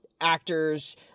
actors